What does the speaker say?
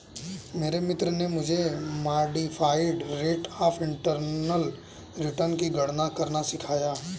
मेरे मित्र ने मुझे modified rate of internal return की गणना करना सिखाया